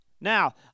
Now